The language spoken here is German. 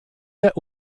der